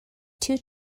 two